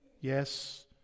Yes